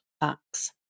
facts